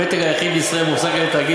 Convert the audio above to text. המתג היחיד בישראל מוחזק על-ידי תאגיד